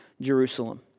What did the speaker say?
Jerusalem